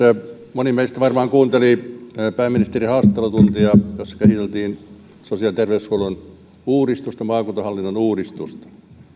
moni meistä varmaan kuunteli pääministerin haastattelutuntia jossa käsiteltiin sosiaali ja terveyshuollon uudistusta maakuntahallinnon uudistusta